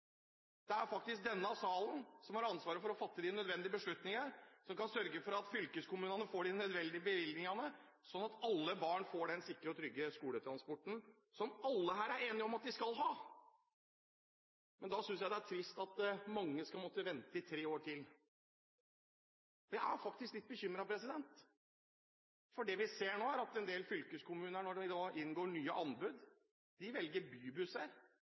Det er faktisk denne salen som har ansvaret for å fatte de nødvendige beslutninger som kan sørge for at fylkeskommunene får de nødvendige bevilgningene, slik at alle barn får den sikre og trygge skoletransporten som alle her er enige om at de skal ha. Men da synes jeg det er trist at mange skal måtte vente i tre år til. Jeg er faktisk litt bekymret, for det vi ser nå, er at en del fylkeskommuner, når de innhenter nye anbud, velger bybusser